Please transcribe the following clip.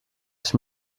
ich